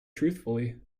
truthfully